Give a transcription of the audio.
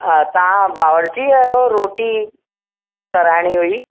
हा तव्हां बावर्ची आहियो रोटी कराइणी हुई